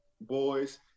boys